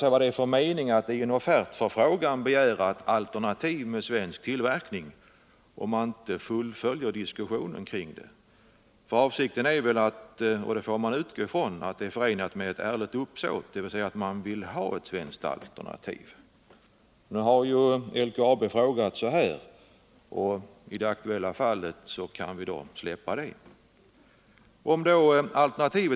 Vad är det för mening med att i en offertförfrågan begära ett alternativ med svensk tillverkning, om man inte fullföljer diskussionen kring det? Vi får väl utgå ifrån att förfrågan är förenad med ett ärligt uppsåt, dvs. att man vill ha ett svenskt alternativ.